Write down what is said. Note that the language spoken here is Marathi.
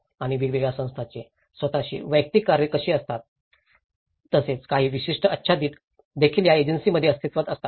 आणि वेगवेगळ्या संस्थांचे स्वतःची वैयक्तिक कार्ये कशी असतात तसेच काही विशिष्ट आच्छादित देखील या एजन्सींमध्ये अस्तित्त्वात असतात